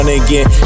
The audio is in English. again